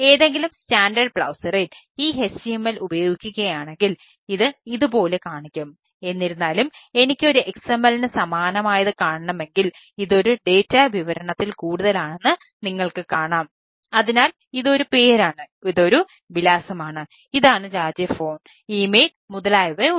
ഏതെങ്കിലും സ്റ്റാൻഡേർഡ് മുതലായവ ഉണ്ട്